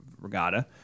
regatta